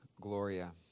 Gloria